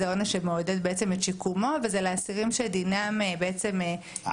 זה עונש שמעודד בעצם את שיקומו וזה לאסירים שדינם עד